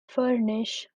furnish